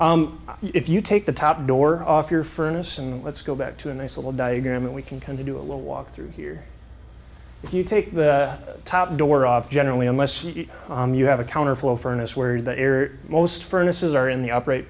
one if you take the top door off your furnace and let's go back to a nice little diagram and we can come to do a little walk through here if you take the top door off generally unless you have a counterflow furnace where the air most furnace is are in the operate